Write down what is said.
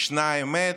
ישנה אמת,